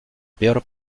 peor